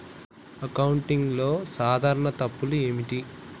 అకౌంటింగ్లో సాధారణ తప్పులు ఏమిటి?